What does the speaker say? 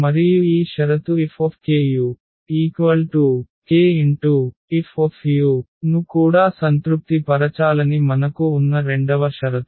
మరియు ఈ షరతు FkukF ను కూడా సంతృప్తి పరచాలని మనకు ఉన్న రెండవ షరతు